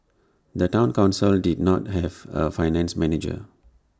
the Town Council did not have A finance manager